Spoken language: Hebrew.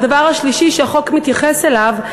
הדבר השלישי שהחוק מתייחס אליו,